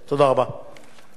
חבר הכנסת חיים כץ,